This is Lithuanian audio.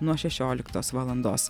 nuo šešioliktos valandos